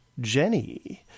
Jenny